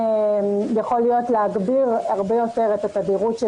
יכול להיות שצריך להגביר הרבה יותר את התדירות של